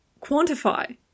quantify